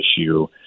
issue